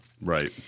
Right